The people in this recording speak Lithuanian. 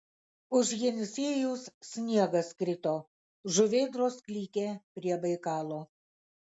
už jenisiejaus sniegas krito žuvėdros klykė prie baikalo